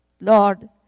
Lord